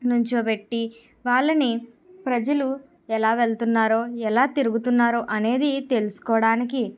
నించోబెట్టి వాళ్ళని ప్రజలు ఎలా వెళ్తున్నారో ఎలా తిరుగుతున్నారో అనేది తెలుసుకోవడానికి